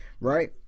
right